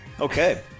Okay